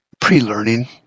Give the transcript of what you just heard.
pre-learning